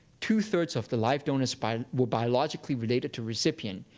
two three of the live donors but were biologically related to recipient.